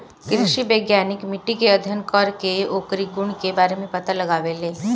कृषि वैज्ञानिक मिट्टी के अध्ययन करके ओकरी गुण के बारे में पता लगावेलें